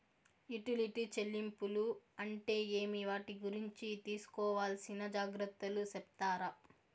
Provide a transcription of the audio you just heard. Utility చెల్లింపులు అంటే ఏమి? వాటి గురించి తీసుకోవాల్సిన జాగ్రత్తలు సెప్తారా?